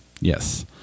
Yes